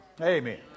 Amen